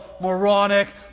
moronic